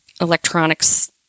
electronics